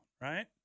right